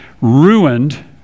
ruined